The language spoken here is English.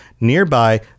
nearby